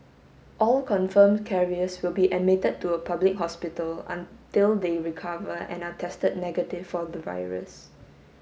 all confirmed carriers will be admitted to a public hospital until they recover and are tested negative for the virus